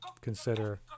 consider